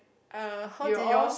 uh how did y'all